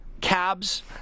cabs